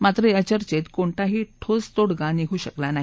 मात्र या चर्चेत कोणताही ठोस तोडगा निघू शकला नाही